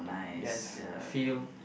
yes feel